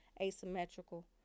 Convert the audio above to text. Asymmetrical